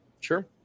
Sure